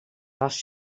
was